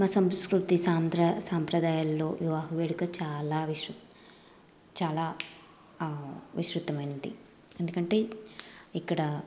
మా సంస్కృతి సాంప్ర సంప్రదాయాల్లో వివాహ వేడుక చాలా విషం చాలా విస్తృతమైనది ఎందుకంటే ఇక్కడ